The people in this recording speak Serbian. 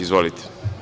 Izvolite.